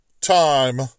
Time